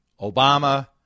Obama